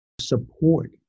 support